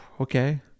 okay